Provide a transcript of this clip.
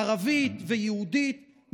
ערבית ויהודית,